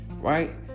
Right